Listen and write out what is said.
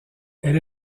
elle